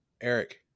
Eric